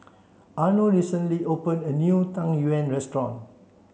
Arno recently opened a new Tang Yuen restaurant